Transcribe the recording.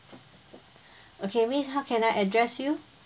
okay miss how can I address you